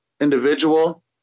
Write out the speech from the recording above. individual